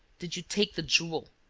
did you take the jewel?